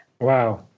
Wow